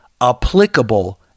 applicable